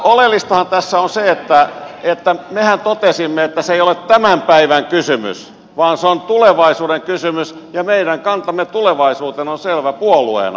oleellistahan tässä on se että mehän totesimme että se ei ole tämän päivän kysymys vaan se on tulevaisuuden kysymys ja meidän kantamme tulevaisuuteen on selvä puolueena